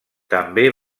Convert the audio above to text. també